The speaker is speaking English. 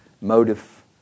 motive